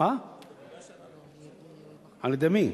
על-ידי מי?